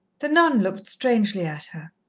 the nun looked strangely at her.